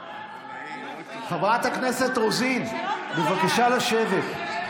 חברת הכנסת רוזין, בבקשה לשבת.